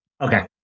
Okay